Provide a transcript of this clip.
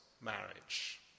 marriage